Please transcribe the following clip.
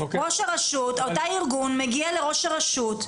אותו ארגון מגיע לראש הרשות.